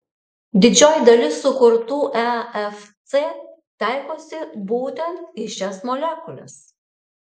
didžioji dalis sukurtų efc taikosi būtent į šias molekules